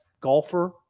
golfer